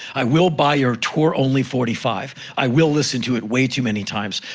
i will buy your tour-only forty five, i will listen to it way too many times.